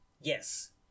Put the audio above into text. yes